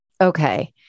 Okay